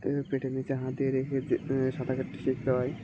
তো পেটের নীচে হাত দিয়ে রেখে সাঁতার কাটতে শিখতে হয়